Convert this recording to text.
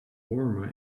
warmer